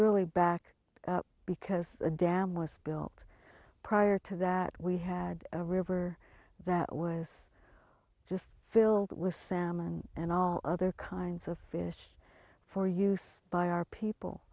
really back because the dam was built prior to that we had a river that was just filled with salmon and all other kinds of fish for use by our people